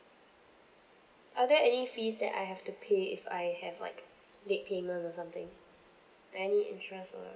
are there any fees that I have to pay if I have like late payment or something like any extra for like